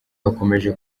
bakomeje